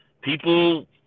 people